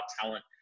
talent